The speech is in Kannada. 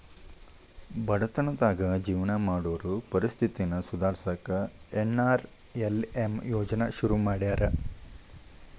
ಬಡತನದಾಗ ಜೇವನ ಮಾಡೋರ್ ಪರಿಸ್ಥಿತಿನ ಸುಧಾರ್ಸಕ ಎನ್.ಆರ್.ಎಲ್.ಎಂ ಯೋಜ್ನಾ ಶುರು ಮಾಡ್ಯಾರ